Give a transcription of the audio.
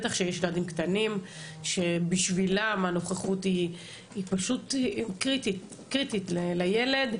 בטח כשיש ילדים קטנים שבשבילם הנוכחות היא פשוט קריטית לילד.